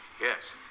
Yes